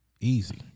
Easy